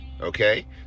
okay